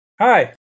hi